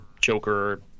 Joker